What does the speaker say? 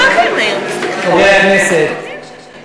חברי הכנסת,